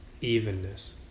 Evenness